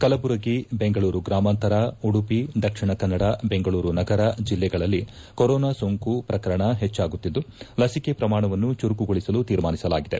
ಕಲಬುರಗಿ ಬೆಂಗಳೂರು ಗ್ರಾಮಾಂತರ ಉಡುಪಿ ದಕ್ಷಿಣ ಕನ್ನಡ ಬೆಂಗಳೂರು ನಗರ ಜಿಲ್ಲೆಗಳಲ್ಲಿ ಕೊರೊನಾ ಸೋಂಕು ಪ್ರಕರಣ ಹೆಚ್ಚಾಗುತ್ತಿದ್ದು ಲಸಿಕೆ ಪ್ರಮಾಣವನ್ನು ಚುರುಕುಗೊಳಿಸಲು ತೀರ್ಮಾನಿಸಲಾಗಿದೆ